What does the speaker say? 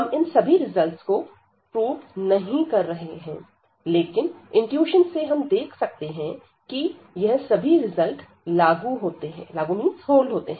हम इन सभी रिजल्ट को प्रूव नहीं कर रहे हैं लेकिन इनट्यूशन से हम यह देख सकते हैं कि यह सभी रिजल्ट लागू होते हैं